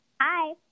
Hi